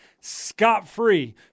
scot-free